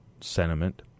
sentiment